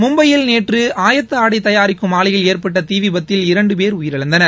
மும்பையில் நேற்று ஆயத்த ஆடை தயாரிக்கும் ஆலையில் ஏற்பட்ட தீ விபத்தில் இரண்டு பேர் உயிரிழந்தனர்